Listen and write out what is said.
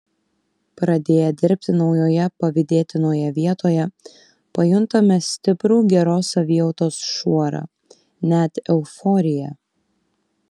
pradėję dirbti naujoje pavydėtinoje vietoje pajuntame stiprų geros savijautos šuorą net euforiją